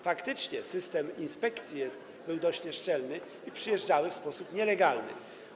Faktycznie system inspekcji był dość nieszczelny i przyjeżdżały one w sposób nielegalny.